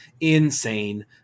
insane